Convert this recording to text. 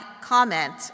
comment